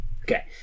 Okay